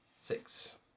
Six